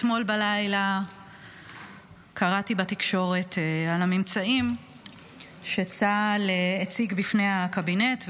אתמול בלילה קראתי בתקשורת על הממצאים שצה"ל הציג בפני הקבינט,